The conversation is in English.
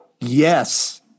Yes